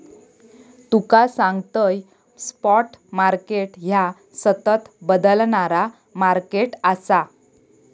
तुका सांगतंय, spot market ह्या सतत बदलणारा मार्केट आसा